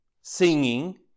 singing